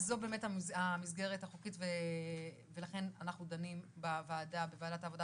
אז זו באמת המסגרת החוקית לכן אנחנו דנים בוועדת העבודה